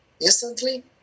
instantly